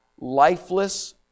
lifeless